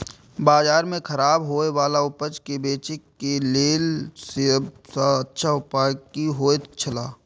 बाजार में खराब होय वाला उपज के बेचे के लेल सब सॉ अच्छा उपाय की होयत छला?